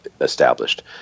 established